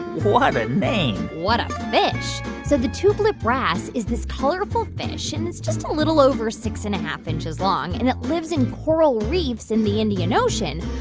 what a name what a fish. so the tubelip wrasse is this colorful fish, and it's just a little over six and a half inches long. and it lives in coral reefs in the indian ocean.